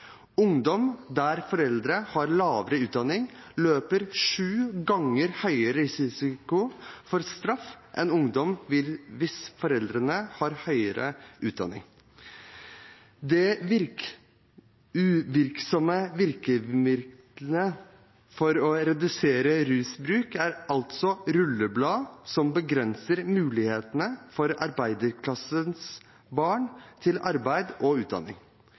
Ungdom med foreldre med lavere utdanning løper sju ganger høyere risiko for straff enn ungdom med foreldre med høyere utdanning. Det uvirksomme virkemiddelet for å redusere rusbruk er altså rulleblad som begrenser mulighetene for arbeiderklassens barn til arbeid og utdanning.